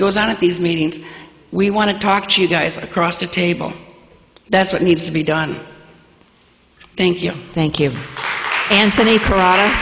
goes on at these meetings we want to talk to you guys across the table that's what needs to be done thank you thank you anthony pr